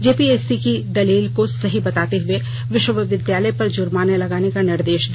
JPSC की दलील को सही बताते हुए विश्वविद्यालय पर जुर्माना लगाने का निर्देश दिया